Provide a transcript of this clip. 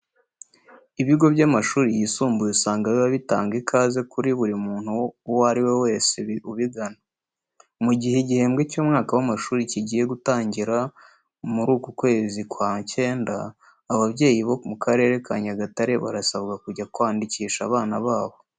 Ibigo by'amashuri yisumbuye usanga biba bitanga ikaze kuri buri muntu uwo ari we wese ubigana. Mu gihe igihembwe cy'umwaka w'amashuri kigiye gutangira muri uku kwezi kwa cyenda, ababyeyi bo mu karere ka Nyagatare barasabwa kujya kwandikisha abana babo.